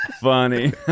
funny